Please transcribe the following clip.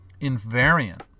invariant